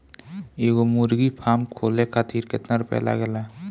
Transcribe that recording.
एगो मुर्गी फाम खोले खातिर केतना रुपया लागेला?